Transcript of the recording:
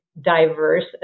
diverse